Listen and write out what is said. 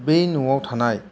बे न'आव थानाय